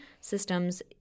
systems